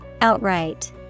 Outright